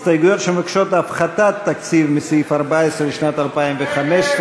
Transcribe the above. הסתייגויות שמבקשות הפחתת תקציב בסעיף 14 לשנת 2015,